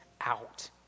out